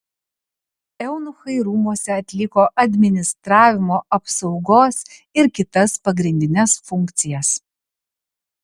eunuchai rūmuose atliko administravimo apsaugos ir kitas pagrindines funkcijas